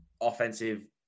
offensive